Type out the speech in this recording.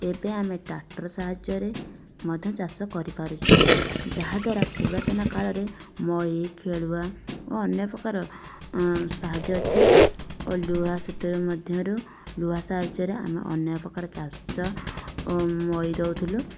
ଏବେ ଆମେ ଟ୍ରାକ୍ଟର ସାହାଯ୍ୟରେ ମଧ୍ୟ ଚାଷ କରି ପାରୁଛୁ ଯାହା ଦ୍ୱାରା ପୁରାତନ କାଳରେ ମଇ ଖେଲୁଆ ଓ ଅନ୍ୟ ପ୍ରକାର ସାହାଯ୍ୟ ଅଛି ଓ ଲୁହା ସେତେବେଳେ ମଧ୍ୟରୁ ଲୁହା ସାହାଯ୍ୟରେ ଆମେ ଅନେକ ପ୍ରକାର ଚାଷ ଓ ମଇ ଦେଉଥିଲୁ